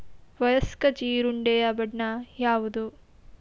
ವಯಸ್ಕ ಜೀರುಂಡೆಯ ಬಣ್ಣ ಯಾವುದು?